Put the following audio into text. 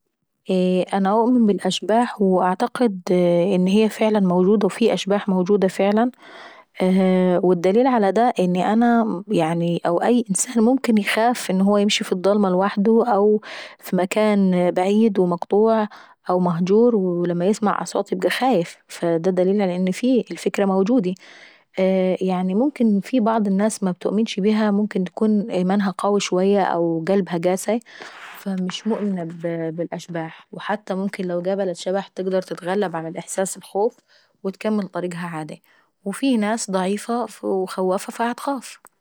انا نؤمن بالاشباح ونعتقد ان هي فعلا موجوة فعلا، وفي اشباح موجود فعلا، والدليل على دا ان انا او أي انسان ممكن يخاف ان هو يمشي في الضلمة لوحده او في مكان بعيد ومقطوع او مهجور، ولما يسمع اصواط يبقى خايف، فدا دليل على ان في، والفكرة موجودي. يعني في ممكن بعض الناس متؤمنش بيها ممكن يكون ايمانها قوي شوية او قلبها قاساي، فمش مؤمنة بالاشباح، وحتى ممكن لو قابلت شبح تقدر تتغلب على احساس الخوف وتكمل طريقها عادي. وفي ناس ضعيفة وايمانها ضعيف فبتخاف.